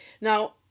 Now